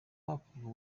hakorwa